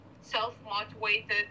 self-motivated